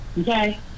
Okay